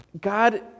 God